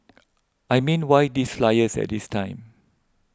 I mean why these flyers at this time